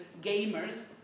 gamers